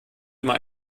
immer